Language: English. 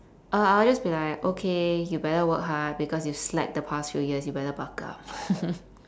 uh I will just be like okay you better work hard because you slacked the past few years you better buck up